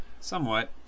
somewhat